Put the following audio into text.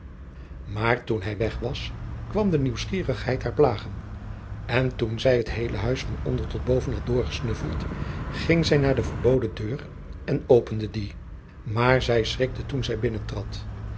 maar toen hij weg was kwam de nieuwsgierigheid haar plagen en toen zij het heele huis van onder tot boven had doorgesnuffeld ging zij naar de verboden deur en opende die maar zij schrikte toen zij